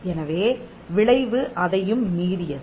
எனவே விளைவு அதையும் மீறியது